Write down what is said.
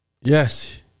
Yes